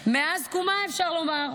מאז קומה, אפשר לומר.